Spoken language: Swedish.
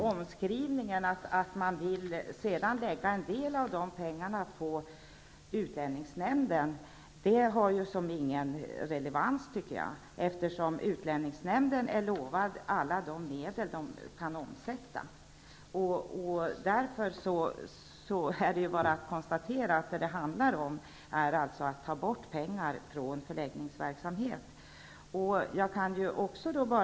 Omskrivningen att man vill lägga en del av dessa pengar på utlänningsnämnden har ingen relevans, eftersom utlänningsnämnden är lovad alla de medel den kan omsätta. Vad det alltså handlar om är att ta bort pengar från förläggningsverksamheten. Det är bara att konstatera detta.